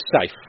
safe